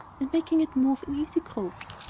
and making it move in easy grooves.